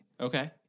Okay